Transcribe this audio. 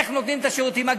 איך נותנים את השירותים.